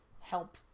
help